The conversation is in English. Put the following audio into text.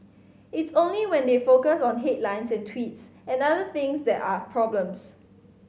it's only when they focus on headlines and tweets and other things that are problems